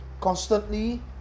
constantly